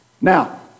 Now